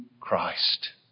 Christ